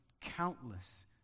countless